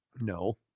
No